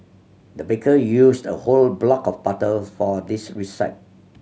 the baker used a whole block of butter for this